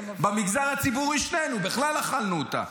שנינו במגזר הציבורי, בכלל אכלנו אותה.